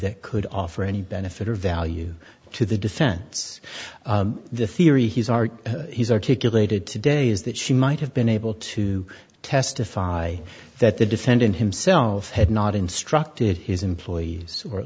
that could offer any benefit or value to the defense the theory he's our he's articulated today is that she might have been able to testify that the defendant himself had not instructed his employees or at